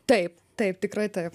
taip taip tikrai taip